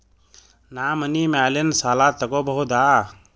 ನಾ ಮನಿ ಮ್ಯಾಲಿನ ಸಾಲ ತಗೋಬಹುದಾ?